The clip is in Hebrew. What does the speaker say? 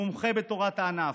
מומחה בתורת הענף,